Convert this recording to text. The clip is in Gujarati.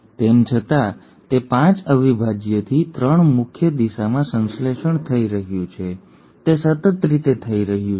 તેમ છતાં તે ૫ અવિભાજ્યથી ૩ મુખ્ય દિશામાં સંશ્લેષણ થઈ રહ્યું છે તે સતત રીતે થઈ રહ્યું નથી